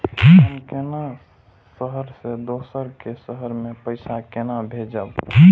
हम केना शहर से दोसर के शहर मैं पैसा केना भेजव?